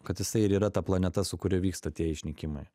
kad jisai ir yra ta planeta su kuria vyksta tie išnykimai